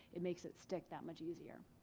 it makes it stick that much easier.